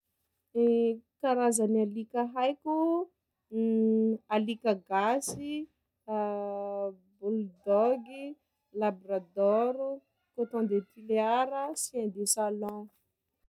Karazagny alika haiko: alika gasy, bull dogy, labrador, coton de Tulear, chien de salon.